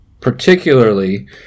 particularly